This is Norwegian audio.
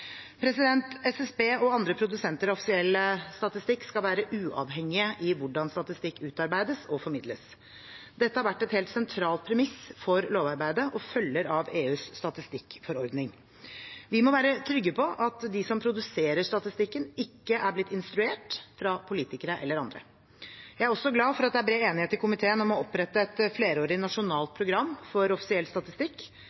SSB og andre produsenter av offisiell statistikk skal være uavhengige i hvordan statistikk utarbeides og formidles. Dette har vært et helt sentralt premiss for lovarbeidet og følger av EUs statistikkforordning. Vi må være trygge på at de som produserer statistikken, ikke er blitt instruert fra politikere eller andre. Jeg er også glad for at det er bred enighet i komiteen om å opprette et flerårig nasjonalt